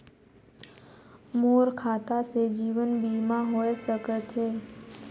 मोर खाता से जीवन बीमा होए सकथे?